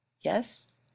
Yes